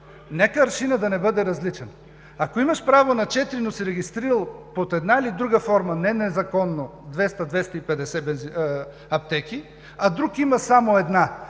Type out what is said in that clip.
Нека аршинът да не бъде различен. Ако имаш право на 4, но си регистрирал под една или друга форма, не незаконно, 200 – 250 аптеки, а друг има само една,